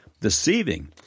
deceiving